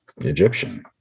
Egyptian